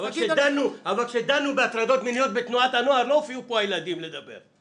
אבל כשדנו בהטרדות מיניות בתנועות הנוער לא הופיעו פה הילדים לדבר.